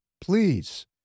Please